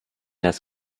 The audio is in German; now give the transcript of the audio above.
das